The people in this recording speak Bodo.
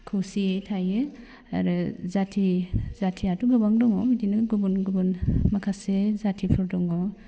खौसेयै थायो आरो जाथि जाथियाथ' गोबां दङ बिदिनो गुबुन गुबुन माखासे जाथिफोर दङ